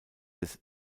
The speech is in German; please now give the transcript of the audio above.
des